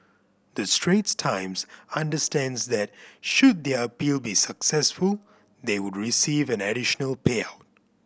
the Straits Times understands that should their appeal be successful they would receive an additional payout